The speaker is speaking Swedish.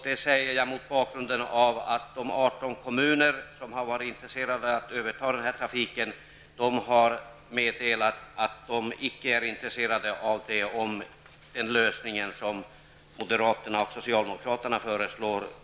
Det säger jag mot bakgrund av att de 18 kommuner som varit intresserade av att överta denna trafik har meddelat att de icke är intresserade av detta med den lösning socialdemokraterna och moderaterna föreslår.